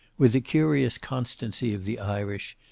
with the curious constancy of the irish,